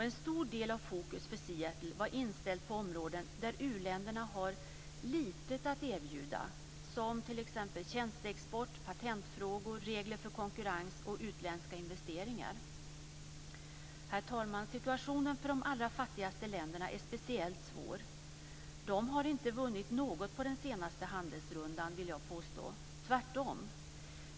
En stor del av fokus i Seattle var inställt på områden där uländerna har lite att erbjuda, som t.ex. tjänsteexport, patentfrågor, regler för konkurrens och utländska investeringar. Herr talman! Situationen för de allra fattigaste länderna är speciellt svår. De har inte vunnit något på den senaste handelsrundan, vill jag påstå - tvärtom.